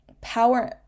power